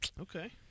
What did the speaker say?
Okay